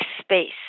space